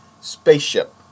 spaceship